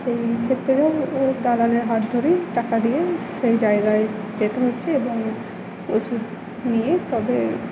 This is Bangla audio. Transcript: সেই ক্ষেত্রে ওই দালালের হাত ধরেই টাকা দিয়ে সেই জায়গায় যেতে হচ্ছে এবং ওষুধ নিয়েই তবে